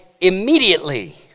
immediately